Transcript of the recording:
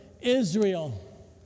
Israel